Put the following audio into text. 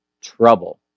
trouble